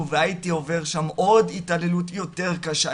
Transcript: והייתי עובר שם עוד התעללות ויותר קשה,